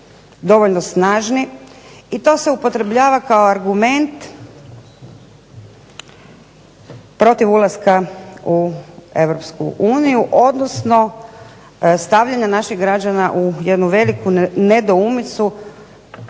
dovoljno snažni i to se upotrebljava kao argument protiv ulaska u Europsku uniju, odnosno stavljanja naših građana u jednu veliku nedoumicu,